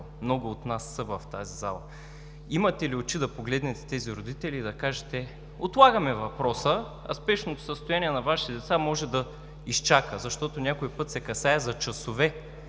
много от нас в тази зала също. Имате ли очи да погледнете тези родители и да кажете: „Отлагаме въпроса, а спешното състояние на Вашите деца може да изчака.“ Защото някой път се касае за часове,